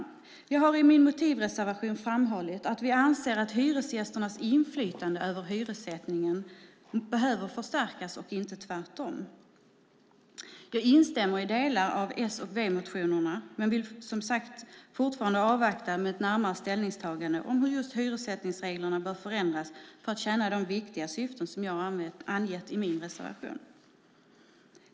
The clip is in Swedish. Jag har i min motivreservation framhållit att vi anser att hyresgästernas inflytande över hyressättningen behöver förstärkas och inte tvärtom. Jag instämmer i delar av S och V-motionerna men vill, som sagt, fortfarande avvakta med ett närmare ställningstagande om hur hyressättningsreglerna bör förändras för att tjäna de viktiga syften som jag har angett i min reservation.